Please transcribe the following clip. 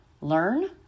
learn